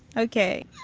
okay